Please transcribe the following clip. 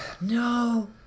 No